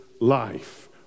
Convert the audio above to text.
life